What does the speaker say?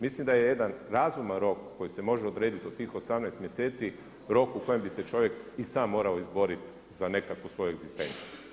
Mislim da je jedan razuman rok koji se može odrediti od tih 18 mjeseci rok u kojem bi se čovjek i sam morao izboriti za nekakvu svoju egzistenciju.